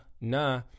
nah